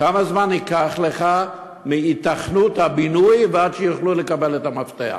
כמה זמן ייקח לך מהיתכנות הבינוי ועד שיוכלו לקבל את המפתח?